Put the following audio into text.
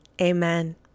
Amen